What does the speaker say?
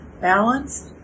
balanced